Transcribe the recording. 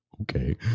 Okay